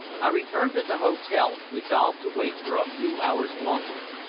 i returned to the hotel, resolved to wait for a few hours longer.